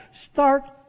Start